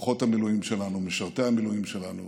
כוחות המילואים שלנו, משרתי המילואים שלנו,